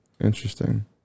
Interesting